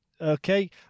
okay